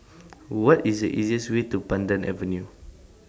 What IS The easiest Way to Pandan Avenue